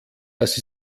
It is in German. das